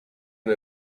and